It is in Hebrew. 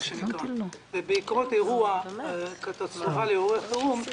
בעקבות אירוע קטסטרופלי, אירוע חירום,